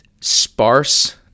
sparse